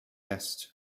best